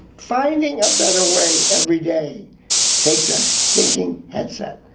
finding a better way every day takes a thinking head set,